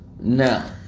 Now